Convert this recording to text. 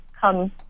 come